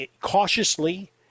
cautiously